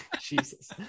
Jesus